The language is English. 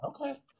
okay